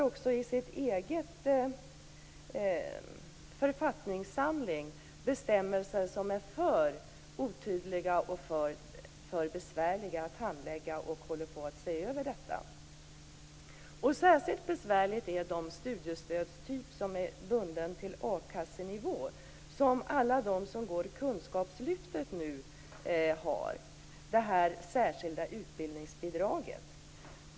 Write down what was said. Också i sin egen författningssamling har man bestämmelser som är för otydliga och för besvärliga att handlägga, och man håller nu på att se över detta. Särskilt besvärlig är den studiestödstyp som är bunden till a-kassenivå, vilken alla de som går kunskapslyftet nu har. Det gäller det särskilda utbildningsbidraget.